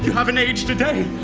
haven't aged a day